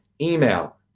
email